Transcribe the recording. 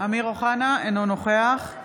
אינו נוכח ניר